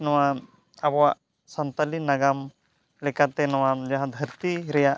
ᱱᱚᱣᱟ ᱟᱵᱚᱣᱟᱜ ᱥᱟᱱᱛᱟᱞᱤ ᱱᱟᱜᱟᱢ ᱞᱮᱠᱟᱛᱮ ᱱᱚᱣᱟ ᱡᱟᱦᱟᱸ ᱫᱷᱟᱹᱨᱛᱤ ᱨᱮᱭᱟᱜ